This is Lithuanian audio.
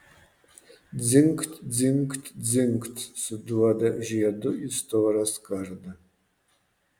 dzingt dzingt dzingt suduoda žiedu į storą skardą